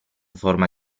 forma